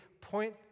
point